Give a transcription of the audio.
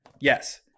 yes